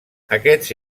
aquests